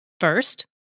First